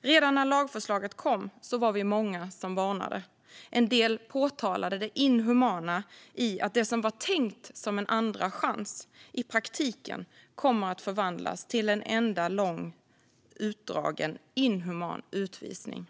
Redan när lagförslaget kom var vi många som varnade. En del påtalade det inhumana i att det som var tänkt som en andra chans i praktiken kommer att förvandlas till en enda lång, utdragen, inhuman utvisning.